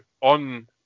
on